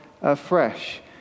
afresh